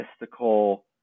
mystical